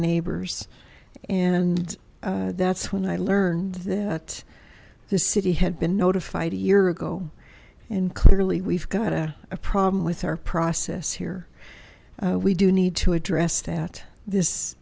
neighbors and that's when i learned that the city had been notified a year ago and clearly we've got a problem with her process here we do need to address that this